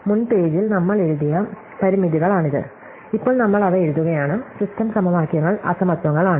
മുൻ പേജിൽ നമ്മൾ എഴുതിയ പരിമിതികളാണിത് ഇപ്പോൾ നമ്മൾ അവ എഴുതുകയാണ് സിസ്റ്റം സമവാക്യങ്ങൾ അസമത്വങ്ങളാണ്